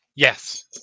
Yes